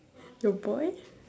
your boy